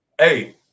Hey